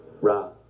Ra